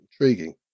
intriguing